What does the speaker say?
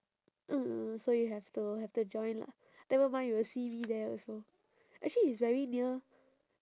mm so you have to have to join lah never mind you will see me there also actually it's very near